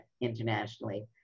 internationally